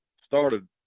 started